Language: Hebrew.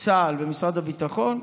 צה"ל ומשרד הביטחון,